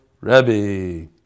Rebbe